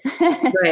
right